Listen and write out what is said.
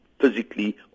physically